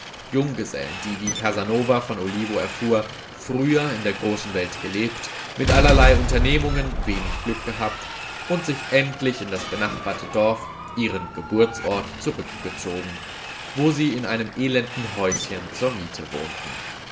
junggesellen die wie casanova von olivo erfuhr früher in der großen welt gelebt mit allerlei unternehmungen wenig glück gehabt und sich endlich in das benachbarte dorf ihren geburtsort zurückgezogen wo sie in einem elenden häuschen zur miete wohnten